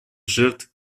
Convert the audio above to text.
жертв